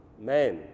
man